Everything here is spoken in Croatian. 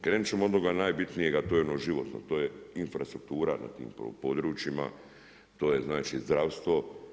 Krenut ćemo od onoga najbitnijeg a to je ono životno, to je infrastruktura na tim područjima, to je znači zdravstvo.